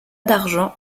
d’argent